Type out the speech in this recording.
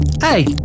hey